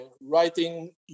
writing